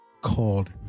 called